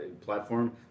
platform